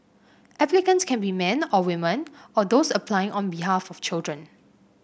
applicants can be men or women or those applying on behalf of children